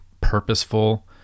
purposeful